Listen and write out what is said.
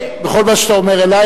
בכל מה שאתה אומר עלי,